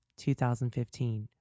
2015